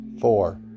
four